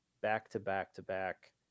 back-to-back-to-back